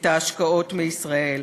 מסיטה השקעות מישראל,